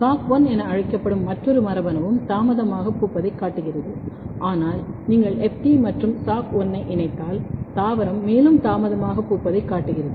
SOC1 soc1 என அழைக்கப்படும் மற்றொரு மரபணுவும் தாமதமாக பூப்பதைக் காட்டுகிறது ஆனால் நீங்கள் FT மற்றும் SOC1 ஐ இணைத்தால் தாவரம் மேலும் தாமதமாக பூப்பதைக் காட்டுகிறது